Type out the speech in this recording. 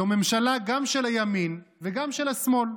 זו ממשלה גם של הימין וגם של השמאל,